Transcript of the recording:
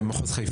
זה מחוז חיפה.